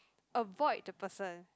avoid the person